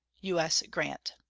u s. grant.